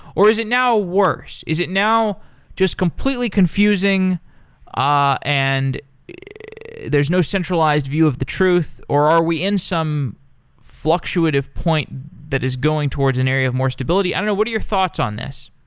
or is it now worse? is it now just completely confusing ah and there's no centralized view of the truth, or are we in some fluctuative point that is going towards an area of more stability? i don't know. what are your thoughts on this?